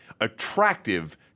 attractive